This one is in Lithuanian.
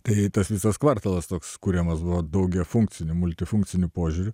kai tas visas kvartalas toks kuriamas buvo daugiafunkciniu multifunkciniu požiūriu